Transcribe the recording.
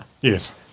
yes